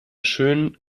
schön